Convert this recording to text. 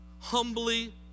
humbly